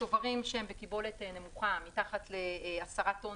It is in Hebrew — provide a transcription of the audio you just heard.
הצוברים שהם בקיבולת נמוכה מתחת ל-10 טון